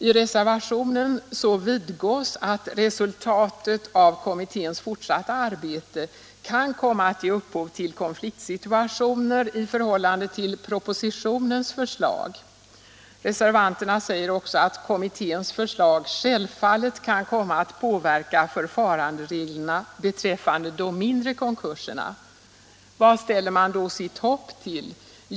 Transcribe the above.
I reservationen vidgås att resultatet av kommitténs fortsatta arbete kan komma att ge upphov till konfliktsituationer i förhållande till propositionens förslag. Reservanterna säger också att kommitténs förslag självfallet kan komma att påverka förfarandereglerna beträffande de mindre konkurserna. Vad ställer man då sitt hopp till?